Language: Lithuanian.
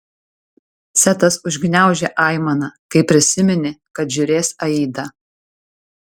setas užgniaužė aimaną kai prisiminė kad žiūrės aidą